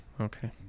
okay